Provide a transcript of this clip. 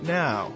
now